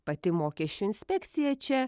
pati mokesčių inspekcija čia